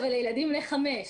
אלה ילדים בני חמש,